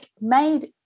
made